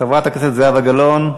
חברת הכנסת זהבה גלאון,